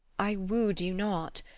i woo'd you not